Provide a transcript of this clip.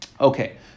Okay